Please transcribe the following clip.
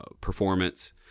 performance